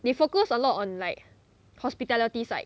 they focus a lot on like hospitality side